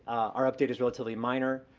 our update is relatively minor,